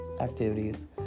activities